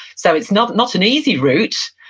so it's not not an easy route,